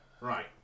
Right